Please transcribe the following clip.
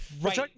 Right